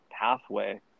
pathway